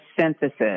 synthesis